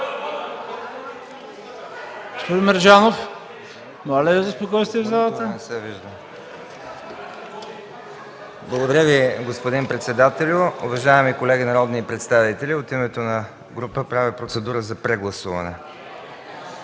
Благодаря Ви, господин председателю. Уважаеми колеги народни представители! От името на група правя процедурно предложение